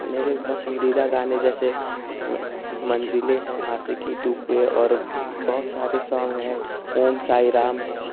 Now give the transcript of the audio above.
मेरे पसन्दीदा गाने जैसे मन्जिले हैं आशिकी टू के और बहुत सारे सॉन्ग हैं ओम साई राम है और